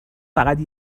فقط